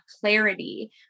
clarity